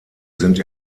sind